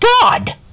God